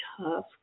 tough